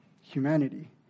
humanity